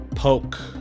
poke